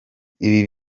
ibi